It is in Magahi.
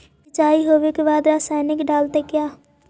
सीचाई हो बे के बाद रसायनिक डालयत किया?